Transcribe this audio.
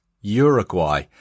Uruguay